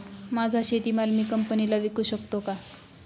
माझा शेतीमाल मी कंपनीला विकू शकतो का?